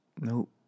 nope